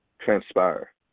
transpire